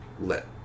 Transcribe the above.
let